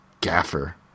Gaffer